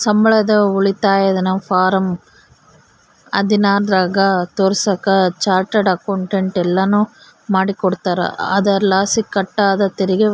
ಸಂಬಳದ ಉಳಿತಾಯನ ಫಾರಂ ಹದಿನಾರರಾಗ ತೋರಿಸಾಕ ಚಾರ್ಟರ್ಡ್ ಅಕೌಂಟೆಂಟ್ ಎಲ್ಲನು ಮಾಡಿಕೊಡ್ತಾರ, ಅದರಲಾಸಿ ಕಟ್ ಆದ ತೆರಿಗೆ